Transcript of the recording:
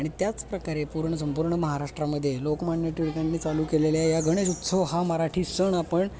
आणि त्याचप्रकारे पूर्ण संपूर्ण महाराष्ट्रामध्ये लोकमान्य टिळकांनी चालू केलेल्या या गणेश उत्सव हा मराठी सण आपण